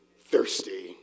thirsty